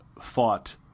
fought